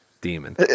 Demon